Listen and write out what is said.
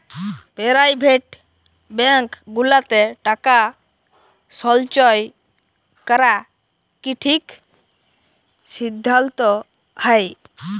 private bank গুলাতে টাকা সল্চয় ক্যরা কি ঠিক সিদ্ধাল্ত হ্যয়